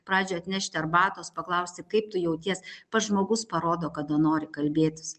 pradžioj atnešti arbatos paklausti kaip tu jauties pats žmogus parodo kada nori kalbėtis